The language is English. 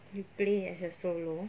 you play as your solo